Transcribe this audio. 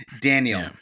Daniel